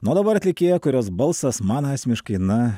nu o dabar atlikėja kurios balsas man asmeniškai na